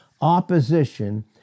opposition